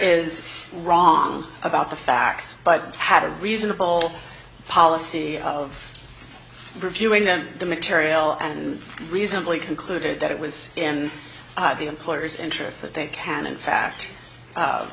is wrong about the facts but have a reasonable policy of reviewing them the material and reasonably concluded that it was in the employer's interest that they can in fact